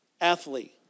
athlete